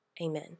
Amen